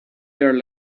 their